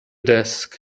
desk